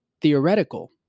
theoretical